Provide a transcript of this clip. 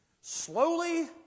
slowly